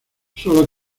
solo